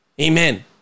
Amen